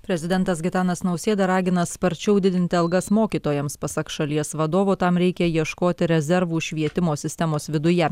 prezidentas gitanas nausėda ragina sparčiau didinti algas mokytojams pasak šalies vadovo tam reikia ieškoti rezervų švietimo sistemos viduje